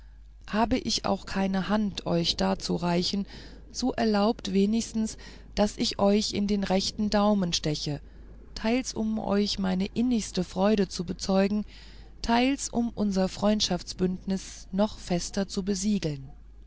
habe ich auch keine hand euch darzureichen so erlaubt wenigstens daß ich euch in den rechten daumen steche teils um euch meine innige freude zu bezeugen teils um unser freundschaftsbündnis noch fester zu besiegeln